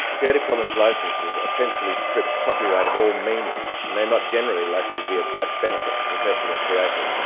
creative commons licences essentially strip copyright of all meaning and they're not generally likely to be of much benefit to professional creators.